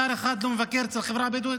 שר אחד לא מבקר אצל החברה הבדואית?